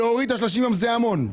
להוריד את ה-30 יום זה המון,